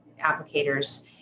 applicators